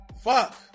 Fuck